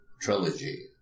trilogy